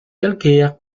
calcaires